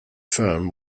firm